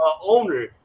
owner